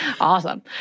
Awesome